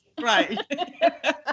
Right